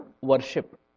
worship